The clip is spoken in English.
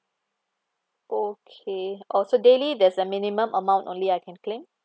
okay oh so daily there's a minimum amount only I can claim